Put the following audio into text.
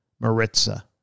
Maritza